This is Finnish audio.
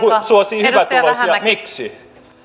suosii hyvätuloisia miksi